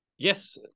Yes